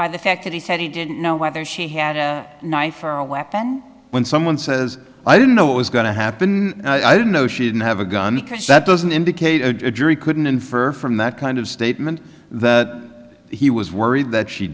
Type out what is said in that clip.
by the fact that he said he didn't know whether she had a knife or a weapon when someone says i don't know what was going to happen i don't know she didn't have a gun because that doesn't indicate a jury couldn't infer from that kind of statement that he was worried that she